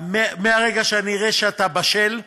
ומהרגע שאני אראה שאתה בשל,